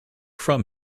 from